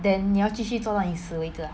then 你要继续做到你死为止 ah